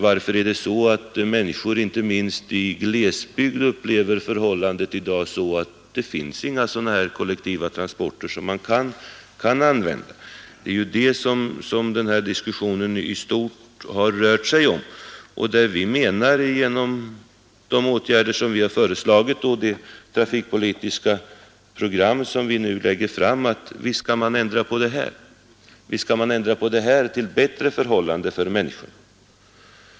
Varför är det så att människor, inte minst i glesbygd, upplever förhållandet i dag så att det inte finns sådana kollektivtransporter som de kan använda? Det är ju det som denna dis! sion i stort rör sig om. Genom de åtgärder vi föreslagit och det trafikpolitiska program vi nu lägger fram menar vi att visst kan man ändra på det här så att det blir bättre förhållanden för människorna.